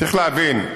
צריך להבין,